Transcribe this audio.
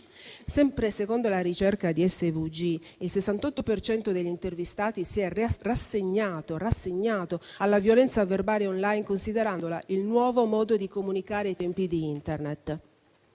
Sempre secondo la ricerca di SWG il 68 per cento degli intervistati si è rassegnato alla violenza verbale *online*, considerandola il nuovo modo di comunicare ai tempi di Internet.